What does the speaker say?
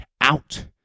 out